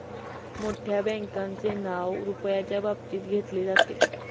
मोठ्या बँकांचे नाव रुपयाच्या बाबतीत घेतले जाते